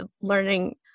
learning